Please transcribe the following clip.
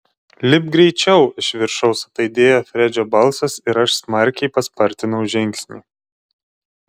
lipk greičiau iš viršaus ataidėjo fredžio balsas ir aš smarkiai paspartinau žingsnį